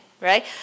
Right